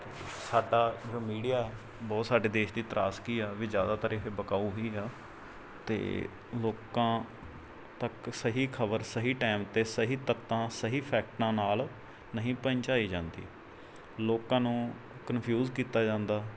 ਸਾਡਾ ਮੀਡੀਆ ਬਹੁਤ ਸਾਡੇ ਦੇਸ਼ ਦੀ ਤਰਾਸਦੀ ਆ ਵੀ ਜ਼ਿਆਦਾਤਰ ਇਹ ਵਿਕਾਊ ਹੀ ਆ ਅਤੇ ਲੋਕਾਂ ਤੱਕ ਸਹੀ ਖਬਰ ਸਹੀ ਟਾਈਮ 'ਤੇ ਸਹੀ ਤੱਤਾਂ ਸਹੀ ਫੈਕਟਾਂ ਨਾਲ ਨਹੀਂ ਪਹੁੰਚਾਈ ਜਾਂਦੀ ਲੋਕਾਂ ਨੂੰ ਕਨਫਿਊਜ਼ ਕੀਤਾ ਜਾਂਦਾ